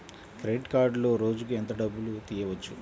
Credit కార్డులో రోజుకు ఎంత డబ్బులు తీయవచ్చు?